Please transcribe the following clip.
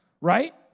Right